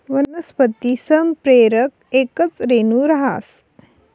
वनस्पती संप्रेरक येकच रेणू रहास